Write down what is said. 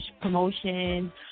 promotion